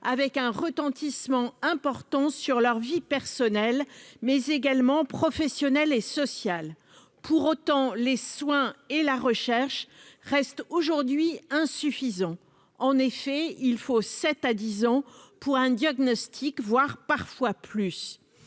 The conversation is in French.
avec un retentissement important sur leur vie personnelle, mais également professionnel et social pour autant les soins et la recherche reste aujourd'hui insuffisant en effet il faut 7 à 10 ans pour un diagnostic, voire parfois plus,